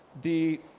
the